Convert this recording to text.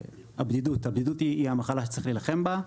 הבדידות, הבדיקות היא המחלה שצריך להילחם בה.